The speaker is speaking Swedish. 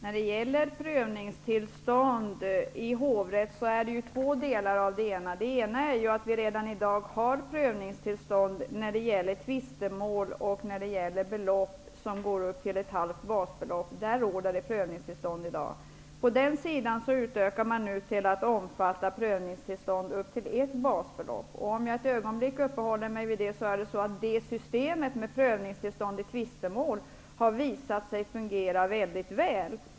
Fru talman! Det finns två delar i frågan om prövningstillstånd i hovrätt. Den ena är att vi redan i dag har prövningstillstånd för tvistemål om belopp på upp till ett halvt basbelopp. Här krävs det i dag prövningstillstånd. På den sidan utökar man nu förfarandet med prövningstillstånd till att omfatta belopp på upp till ett basbelopp. Jag uppehåller mig ett ögonblick vid just detta. Systemet med prövningstillstånd vid tvistemål har visat sig fungera mycket väl.